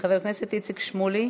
חבר הכנסת איציק שמולי.